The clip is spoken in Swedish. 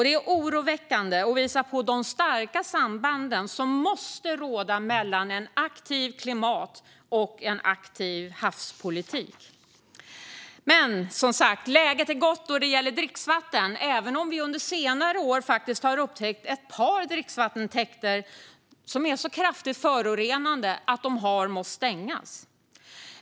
Det är förstås oroväckande, och det visar på de starka samband som måste råda mellan en aktiv klimatpolitik och en aktiv havspolitik. Som sagt är läget gott då det gäller dricksvatten, även om vi under senare år faktiskt har upptäckt ett par dricksvattentäkter som är så kraftigt förorenade att de har måst stängas.